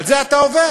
על זה אתה עובד,